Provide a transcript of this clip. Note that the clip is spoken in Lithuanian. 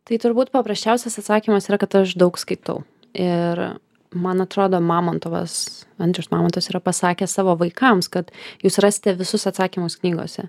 tai turbūt paprasčiausias atsakymas yra kad aš daug skaitau ir man atrodo mamontovas andrius mamontovas yra pasakęs savo vaikams kad jūs rasite visus atsakymus knygose